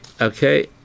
okay